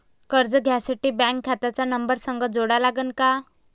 कर्ज घ्यासाठी बँक खात्याचा नंबर संग जोडा लागन का?